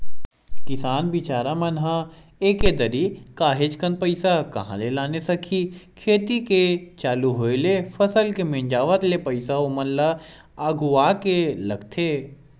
किसान बिचारा मन ह एके दरी काहेच कन पइसा कहाँ ले लाने सकही खेती के चालू होय ले फसल के मिंजावत ले पइसा ओमन ल अघुवाके लगथे